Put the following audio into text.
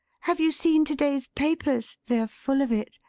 have you seen to-day's papers? they are full of it.